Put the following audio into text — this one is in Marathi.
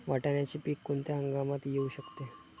वाटाण्याचे पीक कोणत्या हंगामात येऊ शकते?